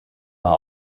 war